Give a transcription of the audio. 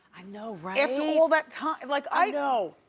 i know right? after all that time, like i know,